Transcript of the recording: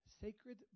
Sacred